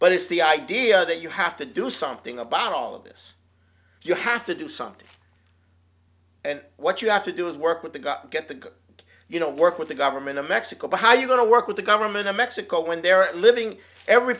but it's the idea that you have to do something about all of this you have to do something what you have to do is work with the got get the good you know work with the government of mexico but how you going to work with the government of mexico when they're living every